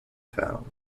found